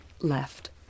left